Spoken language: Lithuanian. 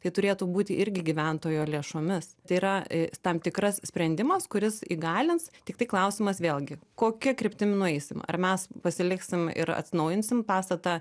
tai turėtų būti irgi gyventojo lėšomis tai yra tam tikras sprendimas kuris įgalins tiktai klausimas vėlgi kokia kryptim nueisim ar mes pasiliksim ir atsinaujinsim pastatą